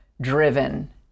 driven